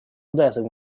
blessing